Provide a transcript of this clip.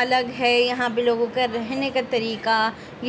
الگ ہے یہاں پہ لوگوں کا رہنے کا طریقہ